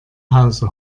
hause